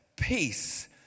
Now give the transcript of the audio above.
peace